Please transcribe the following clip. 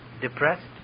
Depressed